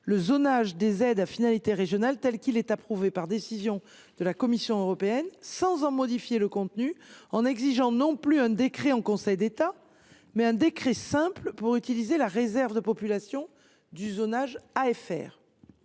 le zonage des aides à finalité régionale tel qu’il est approuvé par décision de la Commission européenne, sans en modifier le contenu, et en exigeant non plus un décret en Conseil d’État, mais un décret simple pour utiliser la réserve de population du zonage AFR.